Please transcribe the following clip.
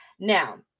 Now